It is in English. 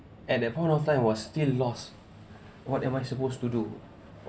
at that point of time was still lost what am I supposed to do